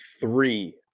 three